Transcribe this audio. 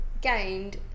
gained